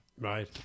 Right